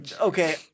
Okay